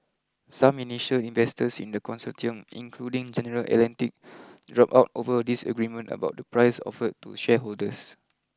some initial investors in the consortium including General Atlantic drop out over disagreement about the price offered to shareholders